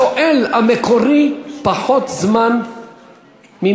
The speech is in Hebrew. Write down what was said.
השואל המקורי, פחות זמן ממך.